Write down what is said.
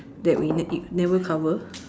that we ne~ never cover